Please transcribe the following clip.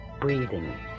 breathing